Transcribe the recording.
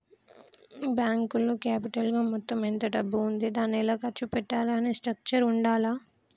బ్యేంకులో క్యాపిటల్ గా మొత్తం ఎంత డబ్బు ఉంది దాన్ని ఎలా ఖర్చు పెట్టాలి అనే స్ట్రక్చర్ ఉండాల్ల